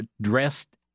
dressed